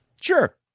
Sure